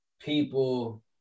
people